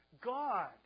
God